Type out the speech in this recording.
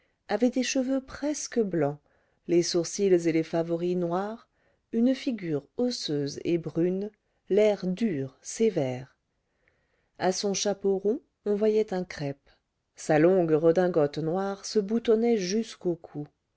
avait des cheveux presque blanc les sourcils et les favoris noirs une figure osseuse et brune l'air dur sévère à son chapeau rond on voyait un crêpe sa longue redingote noire se boutonnait jusqu'au cou